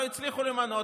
לא הצליחו למנות,